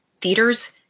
theaters